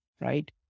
right